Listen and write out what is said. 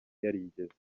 yarigeze